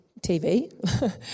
TV